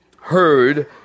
heard